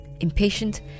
Impatient